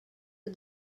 are